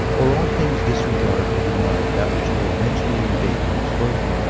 or all things disregard or deny that which will eventually invade and destroy them